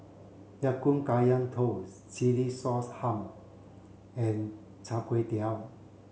Ya Kun Kaya Toast Chilli Sauce and Chai Kuay Tow